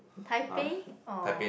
Taipei or